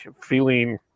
feeling